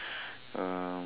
um